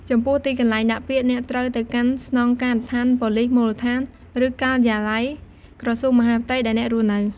ចំពោះទីកន្លែងដាក់ពាក្យ អ្នកត្រូវទៅកាន់ស្នងការដ្ឋានប៉ូលីសមូលដ្ឋាន ឬ ការិយាល័យក្រសួងមហាផ្ទៃ ដែលអ្នករស់នៅ។